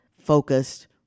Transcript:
focused